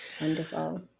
Wonderful